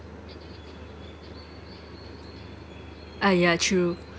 uh ya true